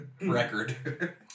record